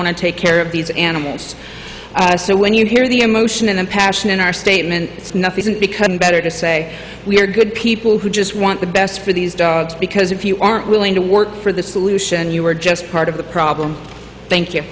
want to take care of these animals so when you hear the emotion and passion in our statement snuff isn't becoming better to say we are good people who just want the best for these dogs because if you aren't willing to work for the solution you are just part of the problem thank you